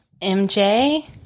mj